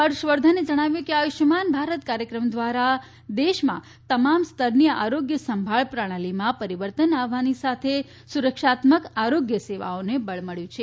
હર્ષવર્ધને જણાવ્યું છે કે આયુષ્યમાન ભારત કાર્યક્રમ દ્વારા દેશમાં તમામ સ્તરની આરોગ્ય સંભાળ પ્રણાલીમાં પરિવર્તન આવવાની સાથે સુરક્ષાત્મક આરોગ્ય સેવાઓને બળ મબ્યું છે